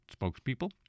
spokespeople